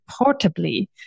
portably